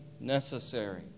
necessary